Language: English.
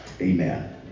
Amen